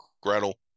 Gretel